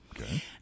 Okay